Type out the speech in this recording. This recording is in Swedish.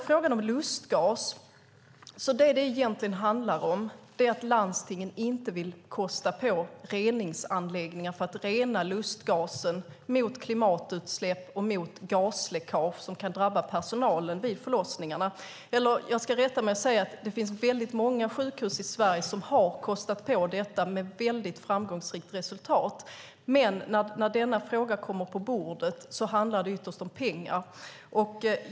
Frågan om lustgas handlar egentligen om att landstingen inte vill kosta på reningsanläggningar för att rena lustgasen mot klimatutsläpp och gasläckage som kan drabba personalen vid förlossningarna. Eller, jag ska rätta mig och säga att det finns väldigt många sjukhus i Sverige som har kostat på detta med väldigt framgångsrikt resultat, men när denna fråga kommer på bordet handlar det ytterst om pengar.